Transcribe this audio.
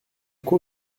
quoi